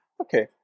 Okay